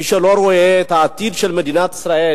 מי שלא רואה את העתיד של מדינת ישראל